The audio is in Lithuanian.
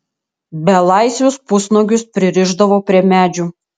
belaisvius pusnuogius pririšdavo prie medžių